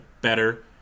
better